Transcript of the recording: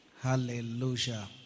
Hallelujah